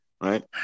Right